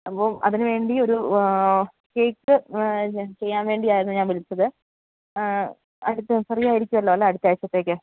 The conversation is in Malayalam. അപ്പോള് അതിനുവേണ്ടി ഒരു കേക്ക് ഞാൻ ചെയ്യാൻ വേണ്ടിയായിരുന്നു ഞാൻ വിളിച്ചത് അടുത്ത ഫ്രീ ആയിരിക്കുമല്ലോ അല്ലേ അടുത്ത ആഴ്ചത്തേക്ക്